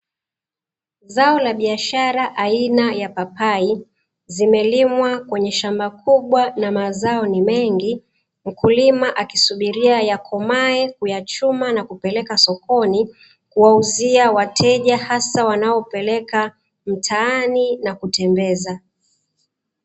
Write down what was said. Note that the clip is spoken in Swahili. Zao la biashara aina ya papai zimelimwa kwenye shamba kubwa na mazao ni mengi. Mkulima akisubiria yakomae, kuyachuma na kupereka sokoni kuwauzia wateja hasa wanaopereka mtaani na kutembeza.